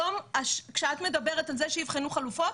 היום כשאת מדברת על זה שיבחנו חלופות,